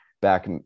back